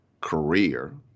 career